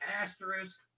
Asterisk